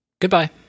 Goodbye